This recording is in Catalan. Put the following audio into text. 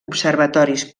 observatoris